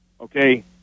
okay